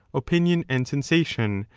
opinion and sensation,